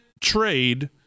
trade